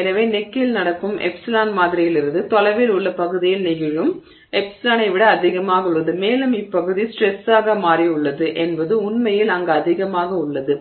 எனவே கழுத்தில் நடக்கும் ε ̇ மாதிரியிலிருந்து தொலைவில் உள்ள பகுதிகளில் நிகழும் ε ̇ஐ விட அதிகமாக உள்ளது மேலும் இப்பகுதி ஸ்ட்ரெஸ்ஸாக மாறியுள்ளது என்பது உண்மையில் அங்கு அதிகமாக உள்ளது